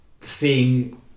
seeing